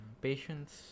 Patience